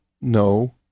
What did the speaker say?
no